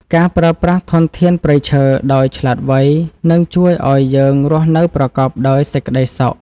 ការប្រើប្រាស់ធនធានព្រៃឈើដោយឆ្លាតវៃនឹងជួយឱ្យយើងរស់នៅប្រកបដោយសេចក្តីសុខ។